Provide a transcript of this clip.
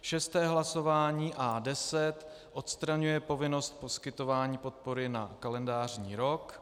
Šesté hlasování A10 odstraňuje povinnost poskytování podpory na kalendářní rok.